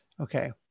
okay